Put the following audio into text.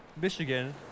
Michigan